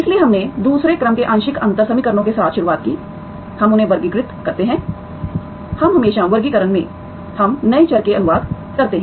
इसलिए हमने दूसरे क्रम के आंशिक अंतर समीकरणों के साथ शुरुआत की हम उन्हें वर्गीकृत करते हैं हम हमेशा वर्गीकरण में हम नए चर में अनुवाद करते हैं